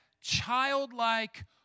childlike